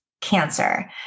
cancer